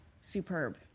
superb